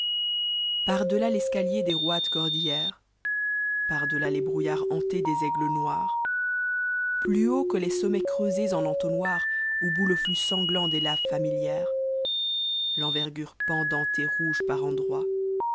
par delà i'escahcr des roides cordiiieres par delà les brouillards hantes des aigles noirs plus haut que les sommets creusés en entonnotr oo bout le hux sachant des laves familières l'envergure pendante et rouge par endroits